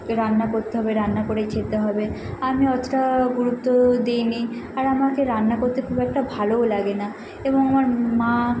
রান্না করতে হবে রান্না করেই খেতে হবে আর আমি অতটা গুরুত্বও দিই নি আর আমাকে রান্না করতে খুব একটা ভালোও লাগে না এবং আমার মা